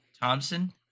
Thompson